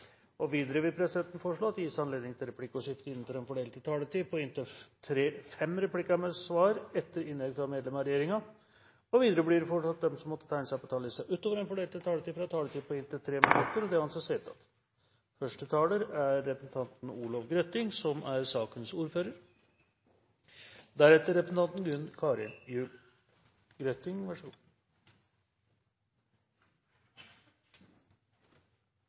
Videre vil presidenten foreslå at det gis anledning til replikkordskifte på inntil tre replikker med svar etter innlegg fra medlem av regjeringen innenfor den fordelte taletid. Videre blir det foreslått at de som måtte tegne seg på talerlisten utover den fordelte taletid, får en taletid på inntil 3 minutter. – Det anses vedtatt. Vi behandler nå noe så spesielt som